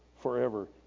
Forever